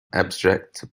abstract